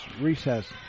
Recess